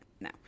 No